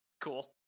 Cool